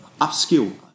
upskill